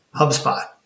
HubSpot